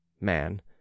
man